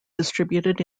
distributed